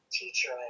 teacher